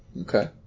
Okay